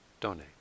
donate